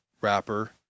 wrapper